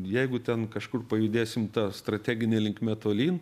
jeigu ten kažkur pajudėsim ta strategine linkme tolyn